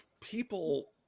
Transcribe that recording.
people